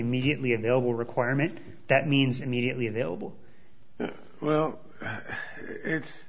immediately available requirement that means immediately available well i